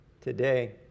today